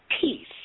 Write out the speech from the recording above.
peace